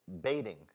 baiting